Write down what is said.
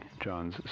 John's